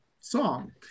song